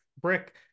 brick